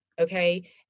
okay